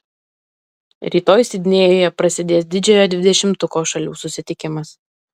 rytoj sidnėjuje prasidės didžiojo dvidešimtuko šalių susitikimas